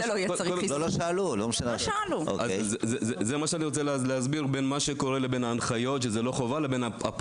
אני רוצה להמחיש את ההבדל בין הנוהל לבין היישום.